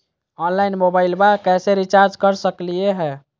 Online मोबाइलबा कैसे recharge कर सकलिए है?